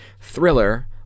thriller